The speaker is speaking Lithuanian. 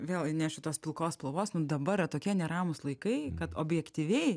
vėl įnešiu tos pilkos spalvos mum dabar yra tokie neramūs laikai kad objektyviai